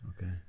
Okay